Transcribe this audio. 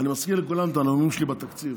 אני מזכיר לכולם את הנאומים שלי בתקציב.